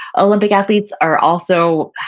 olympic athletes are also,